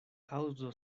kaŭzo